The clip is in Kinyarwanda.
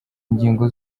ingingo